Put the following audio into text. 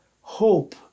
hope